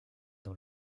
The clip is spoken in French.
dans